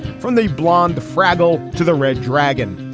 from the blond, the fraggle to the red dragon.